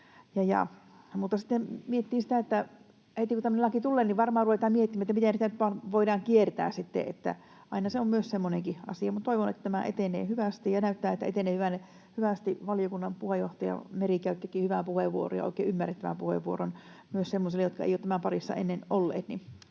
tämmöinen laki tulee, niin varmaan ruvetaan miettimään, miten sitä nyt voidaan kiertää. Aina se on semmoinenkin asia, mutta toivon, että tämä etenee hyvästi, ja näyttää, että etenee hyvästi. Valiokunnan puheenjohtaja Meri käyttikin hyvän puheenvuoron ja oikein ymmärrettävän puheenvuoron myös semmoisille, jotka eivät ole tämän parissa ennen olleet.